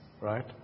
Right